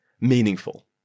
meaningful